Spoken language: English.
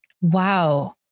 Wow